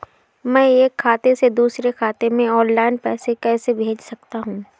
मैं एक खाते से दूसरे खाते में ऑनलाइन पैसे कैसे भेज सकता हूँ?